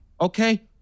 Okay